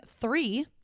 three